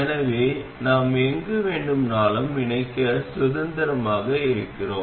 எனவே நாம் எங்கு வேண்டுமானாலும் இணைக்க சுதந்திரமாக இருக்கிறோம்